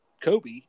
Kobe